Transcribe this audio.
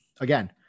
again